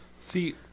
See